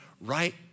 right